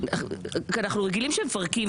אנחנו רגילים שמפרקים,